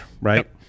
right